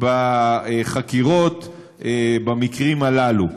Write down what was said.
בחקירות במקרים הללו.